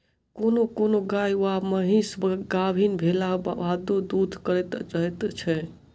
कोनो कोनो गाय वा महीस गाभीन भेलाक बादो दूध करैत रहैत छै